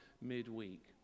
midweek